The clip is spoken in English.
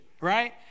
right